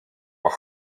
were